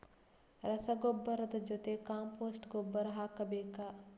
ರಸಗೊಬ್ಬರದ ಜೊತೆ ಕಾಂಪೋಸ್ಟ್ ಗೊಬ್ಬರ ಹಾಕಬೇಕಾ?